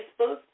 Facebook